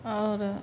आओर